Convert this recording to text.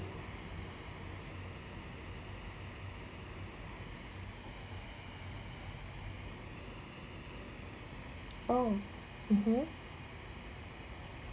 oh (uh huh)